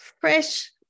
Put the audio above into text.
fresh